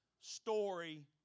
story